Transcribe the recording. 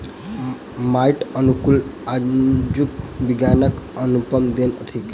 माइट अनुकूलक आजुक विज्ञानक अनुपम देन थिक